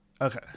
Okay